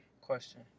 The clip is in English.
Question